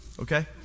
okay